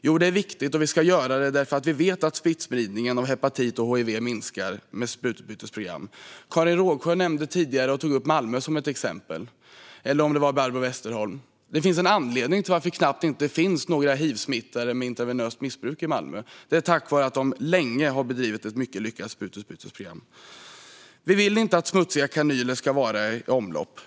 Jo, det är viktigt, och vi ska göra det därför att vi vet att smittspridningen av hepatit och hiv minskar med sprututbytesprogram. Det var Karin Rågsjö eller Barbro Westerholm som tog upp Malmö som ett exempel. Det finns en anledning till att det knappt finns några hivsmittade med intravenöst missbruk i Malmö. Det är tack vare att man länge har bedrivit ett mycket lyckat sprututbytesprogram. Vi vill inte att smutsiga kanyler ska vara i omlopp.